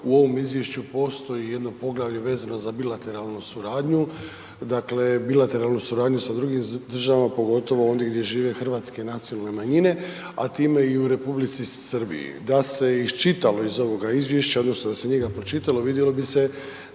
U ovom izvješću postoji jedno poglavlje vezano za bilateralnu suradnju, dakle bilateralnu suradnju sa drugim država pogotovo ondje gdje žive hrvatske nacionalne manjine a time i u Republici Srbiji. Da se iščitalo iz ovoga izvješća odnosno da se njega pročitao, vidjelo bi se